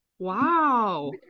Wow